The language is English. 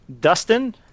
Dustin